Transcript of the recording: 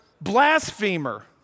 blasphemer